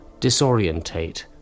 disorientate